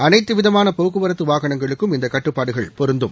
அனைத்து விதமான போக்குவரத்து வாகனங்களுக்கும் இந்த கட்டுப்பாடுகள் பொருந்தும்